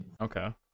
Okay